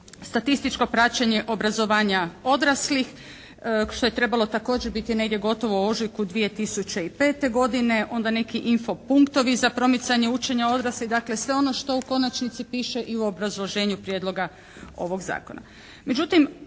statističko praćenje obrazovanja odraslih što je trebalo također biti negdje gotovo u ožujku 2005. godine. Onda neki info. punktovi za promicanje učenja odraslih. Dakle sve ono što u konačnici piše i u obrazloženju prijedloga ovog zakona.